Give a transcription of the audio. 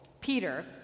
Peter